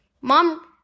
Mom